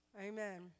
amen